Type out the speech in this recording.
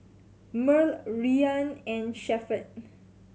Murl Rian and Shepherd